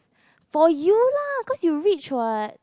for you lah cause you rich [what]